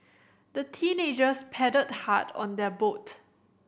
the teenagers paddled hard on their boat